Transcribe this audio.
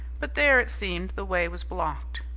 but there, it seemed, the way was blocked.